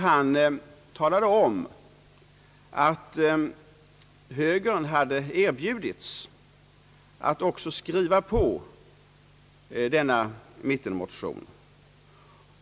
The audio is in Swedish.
Han talade om att också högern hade erbjudits att skriva på denna mittenmotion.